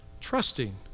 trusting